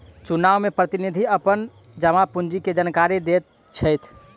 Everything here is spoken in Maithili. चुनाव में प्रतिनिधि अपन जमा पूंजी के जानकारी दैत छैथ